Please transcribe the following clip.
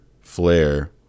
flare